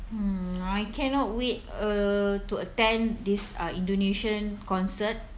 mm I cannot wait uh to attend this uh indonesian concert